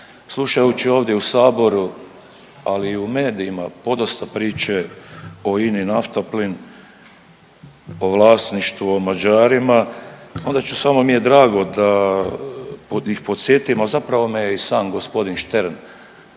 Slušajući ovdje u saboru, ali i u medijima podosta priče o INA-i Naftaplin, o vlasništvu, o Mađarima onda ću samo mi je drago da ih podsjetim, ali zapravo me je i sam gospodin Štern